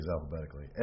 alphabetically